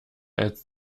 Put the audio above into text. als